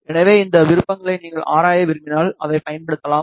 எனவே இந்த விருப்பங்களை நீங்கள் ஆராய விரும்பினால் அதைப் பயன்படுத்தலாம்